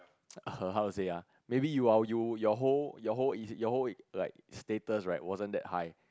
her how you say ah maybe you are you your whole your whole your whole like status right wasn't that high